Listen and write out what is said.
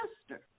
sister